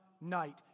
night